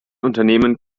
unternehmen